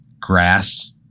grass